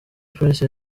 prince